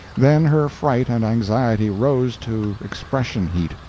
then her fright and anxiety rose to expression-heat,